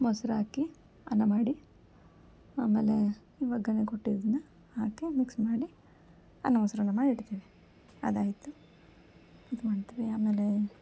ಮೊಸ್ರು ಹಾಕಿ ಅನ್ನ ಮಾಡಿ ಆಮೇಲೆ ಈ ಒಗ್ಗರಣೆ ಕೊಟ್ಟಿದ್ದನ್ನು ಹಾಕಿ ಮಿಕ್ಸ್ ಮಾಡಿ ಅನ್ನ ಮೊಸರನ್ನ ಮಾಡಿ ಇಡ್ತೀನಿ ಅದು ಆಯಿತು ಇದು ಮಾಡ್ತೀವಿ ಆಮೇಲೆ